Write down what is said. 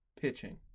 pitching